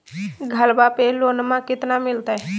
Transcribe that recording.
घरबा पे लोनमा कतना मिलते?